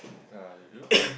uh you